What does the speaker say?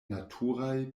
naturaj